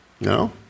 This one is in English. No